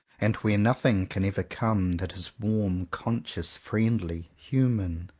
and where nothing can ever come that is warm, conscious, friendly, human.